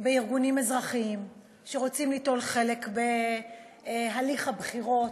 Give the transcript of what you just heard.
בארגונים אזרחיים שרוצים ליטול חלק בהליך הבחירות,